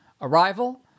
arrival